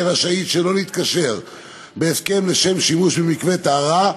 רשאית שלא להתקשר בהסכם לשם שימוש במקווה טהרה,